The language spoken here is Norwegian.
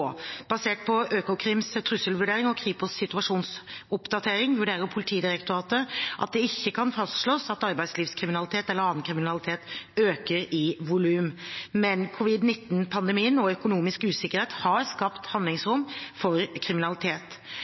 Basert på Økokrims trusselvurdering og Kripos’ situasjonsoppdatering vurderer Politidirektoratet at det ikke kan fastslås at arbeidslivskriminalitet eller annen kriminalitet øker i volum. Men covid-19-pandemien og økonomisk usikkerhet har skapt handlingsrom for kriminalitet.